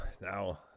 now